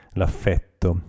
l'affetto